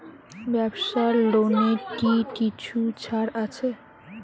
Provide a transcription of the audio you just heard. ব্যাবসার লোনে কি কিছু ছাড় আছে?